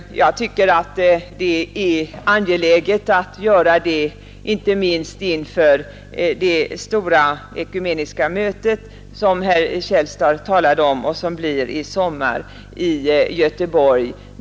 Jag tycker att det är angeläget att göra det, inte minst inför det stora ekumeniska möte som herr Källstad talade om och som äger rum i sommar i Göteborg.